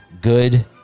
good